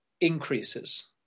increases